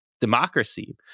democracy